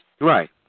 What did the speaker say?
Right